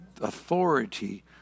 authority